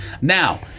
Now